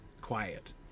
quiet